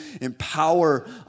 empower